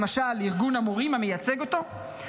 למשל ארגון המורים המייצג אותו,